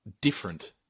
different